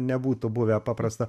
nebūtų buvę paprasta